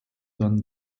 dann